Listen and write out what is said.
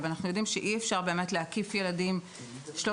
אבל אנחנו יודעים שאי אפשר להקיף ילדים 360,